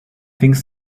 things